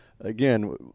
again